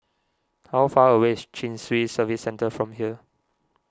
how far away is Chin Swee Service Centre from here